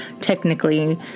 technically